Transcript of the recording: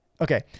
Okay